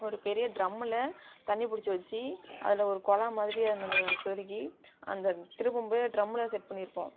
ஒரு பெரிய ட்ரம்மில் தண்ணி பிடிச்சி வச்சு அதில் ஒரு குழா மாதிரி அதில் சொருகி அந்த திரும்பு ட்ரம்மில் செட் பண்ணியிருப்போம்